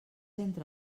entre